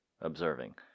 observing